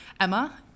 Emma